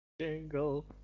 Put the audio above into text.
Jingle